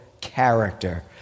character